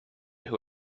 who